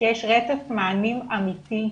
שיש רצף מענים אמיתי,